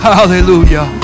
Hallelujah